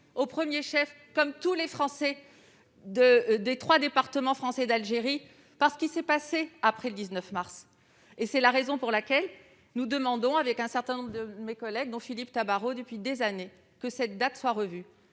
au premier chef, comme tous les Français des trois départements d'Algérie, par ce qui s'est passé après le 19 mars. C'est la raison pour laquelle nous demandons depuis des années, avec un certain nombre de mes collègues, dont Philippe Tabarot, que cette date soit revue.